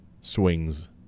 swings